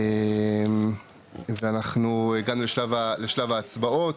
ואנחנו הגענו לשלב ההצבעות.